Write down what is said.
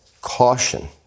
caution